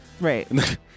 Right